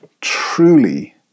Truly